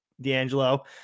D'Angelo